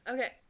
Okay